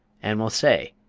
and will say,